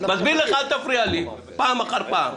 אני מסביר לך: אל תפריע לי, פעם אחר פעם.